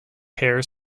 pair